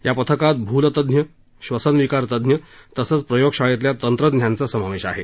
या पथकात भूलतज्ञ श्वसनविकार तज्ञ तसंच प्रयोगशाळेतल्या तत्रज्ञांचा समावेश आहे